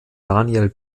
daniel